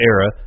Era